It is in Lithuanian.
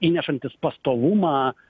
įnešantis pastovumą